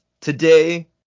Today